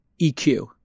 EQ